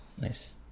Nice